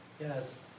Yes